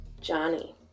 Johnny